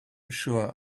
sure